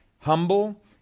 humble